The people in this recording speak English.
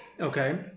Okay